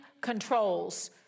controls